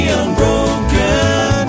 unbroken